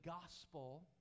gospel